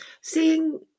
seeing